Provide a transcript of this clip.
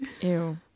Ew